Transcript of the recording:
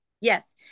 Yes